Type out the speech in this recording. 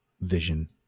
Vision